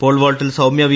പോൾവാൾട്ടിൽ Soumya V